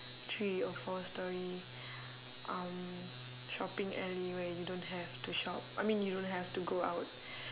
three or four storey um shopping alley where you don't have to shop I mean you don't have to go out